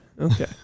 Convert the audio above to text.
okay